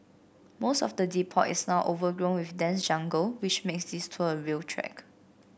most of the depot is now overgrown with dense jungle which makes this tour a real trek